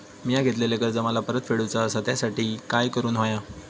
मिया घेतलेले कर्ज मला परत फेडूचा असा त्यासाठी काय काय करून होया?